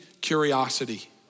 curiosity